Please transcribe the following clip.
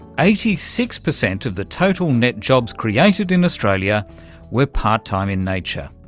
eighty six percent of the total net jobs created in australia were part-time in nature.